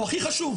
והוא הכי חשוב,